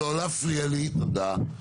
לא להפריע לי תודה,